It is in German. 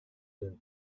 den